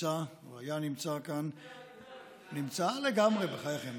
שהיה כאן, אני נמצא, נמצא לגמרי, בחייכם.